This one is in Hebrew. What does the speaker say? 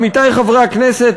עמיתי חברי הכנסת,